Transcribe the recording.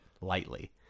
lightly